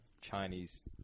Chinese